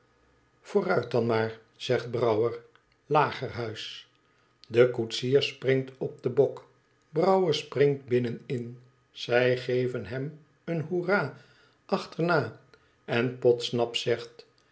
vooruit dan maar zegt brouwer lagerhuis de koetsier springt op den bok brouwer springt binnenin zij geven hem een hoera achterna en podsnap zegt